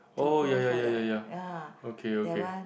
oh ya ya ya ya ya okay okay